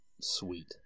Sweet